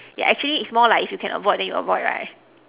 yeah actually its more like if you can avoid then you avoid right